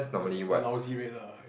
the the lousy rate lah